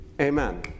Amen